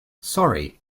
sorry